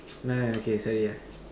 no okay sorry ah